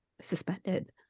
suspended